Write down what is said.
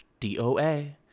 DOA